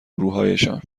گروهایشان